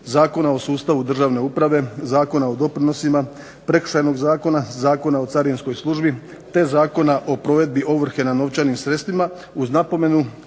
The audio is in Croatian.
Zakonu o sustavu državne uprave, Zakona o doprinosima, Prekršajnog zakona, Zakona o carinskoj službi, te Zakona o provedbi ovrhe nad novčanim sredstvima uz napomenu